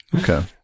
okay